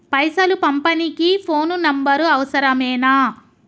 పైసలు పంపనీకి phone number అవసరమేనా?